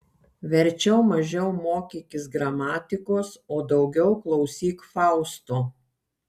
verčiau mažiau mokykis gramatikos o daugiau klausyk fausto